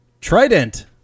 Trident